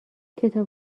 کتاب